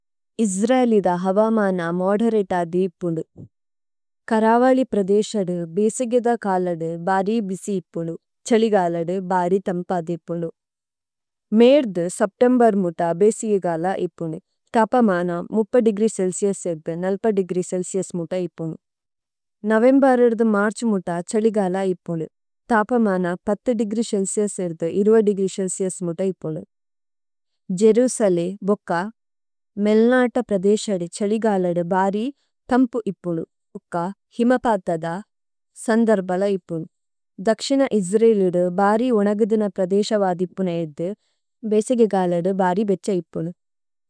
ഇസ്രേലിദ ഹവമന് മദരേതദി ഇപ്പുനു। കരവലി പ്രദേശദു ബേസിഗിദ് കലദേ ബര്ര്യ് ബിസിയിപ്പുനു, ഛലിഗല ബര്ര്യ് ഥമ്പദേപ്പുനു। മേദ്ദു സുബ്തമ്ബേര് മുത്ത ബേസിഗിഗലദേ ഇപ്പുനു। തപമന മുത്പ ദേഗ്രീ സേല്സിയസ്രിദ നല്പ ദേഗ്രീ സേല്സിയസ്രിദ മുത്ത ഇപ്പുനു। നവേമ്ബരിദ മര്ശ് മുത്ത ഛലിഗല ഇപ്പുനു। തപമന പഥ ദേഗ്രീ ശേല്സിയസ്രിദ ഇരുവ ദേഗ്രീ ശേല്സിയസ്രിദ മുത്ത ഇപ്പുനു। ജരുസലേ ബുക്ക മേല്നത പ്രദേശരിദ ഛലിഗല ബര്ര്യ് ഥമ്ബു ഇപ്പുനു। ബുക്ക ഹിമപദ്ദ സന്ദര്ഭല ഇപ്പുനു। ദക്ശിന ഇസ്രേലിദ ബര്ര്യ് ഉനഗദിന പ്രദേശരവദ് ഇപ്പുനു ഏര്ദു ബേസിഗിഗലദേ ബര്ര്യ് ബേഛ ഇപ്പുനു।